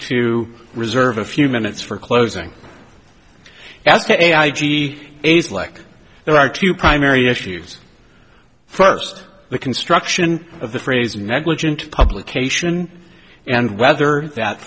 to reserve a few minutes for closing as to ai g a slick there are two primary issues first the construction of the phrase negligent publication and whether that